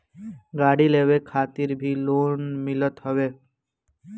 गाड़ी लेवे खातिर भी लोन मिलत हवे